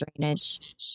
drainage